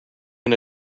win